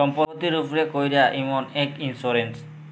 ছম্পত্তির উপ্রে ক্যরা ইমল ইক ইল্সুরেল্স